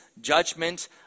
judgment